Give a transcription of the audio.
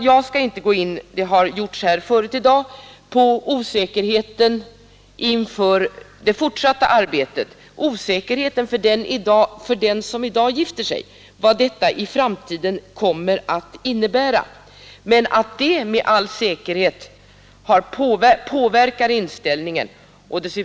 Jag skall inte — det har gjorts här förut i dag — gå in på osäkerheten inför det fortsatta arbetet och osäkerheten för den som i dag gifter sig om vad detta i framtiden kommer att innebära. Jag är övertygad om att denna osäkerhet påverkar inställningen till äktenskapet.